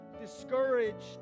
discouraged